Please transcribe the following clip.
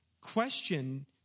question